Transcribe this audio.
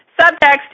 Subtext